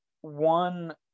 One